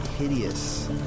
hideous